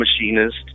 machinist